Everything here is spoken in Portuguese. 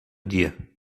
dia